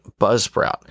Buzzsprout